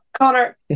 Connor